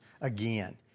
again